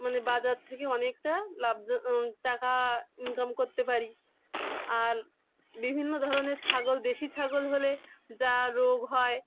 মানে বাজার থেকে অনেকটা লাভ টাকা ইনকাম করতে পারি আর বিভিন্ন ধরনের ছাগল দেশি ছাগল হলে যা রোগ হয়